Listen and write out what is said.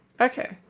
Okay